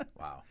Wow